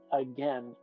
again